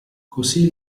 così